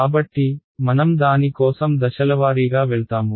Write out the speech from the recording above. కాబట్టి మనం దాని కోసం దశలవారీగా వెళ్తాము